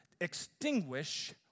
extinguish